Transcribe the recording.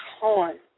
horn